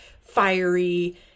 fiery